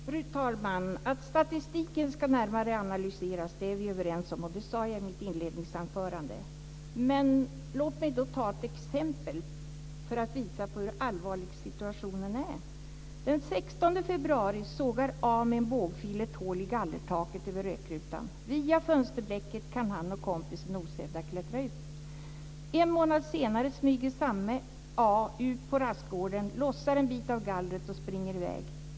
Fru talman! Att statistiken ska analyseras närmare är vi överens om. Det sade jag i mitt inledningsanförande. Men låt mig ta ett exempel, för att visa på hur allvarlig situationen är. Den 16 februari sågar A med en bågfil ett hål i gallertaket över rökrutan. Via fönsterblecket kan han och kompisen osedda klättra ut. En månad senare smyger samme A ut på rastgården, lossar en bit av gallret och springer i väg.